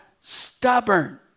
stubborn